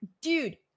Dude